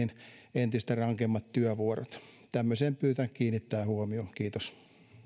entistä rankemmat työvuorot tämmöiseen pyydän kiinnittämään huomiota kiitos